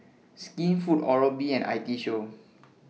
Skinfood Oral B and IT Show